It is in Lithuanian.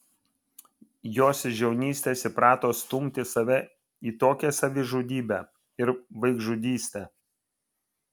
jos iš jaunystės įprato stumti save į tokią savižudybę ir vaikžudystę